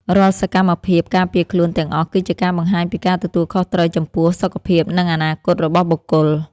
រាល់សកម្មភាពការពារខ្លួនទាំងអស់គឺជាការបង្ហាញពីការទទួលខុសត្រូវចំពោះសុខភាពនិងអនាគតរបស់បុគ្គល។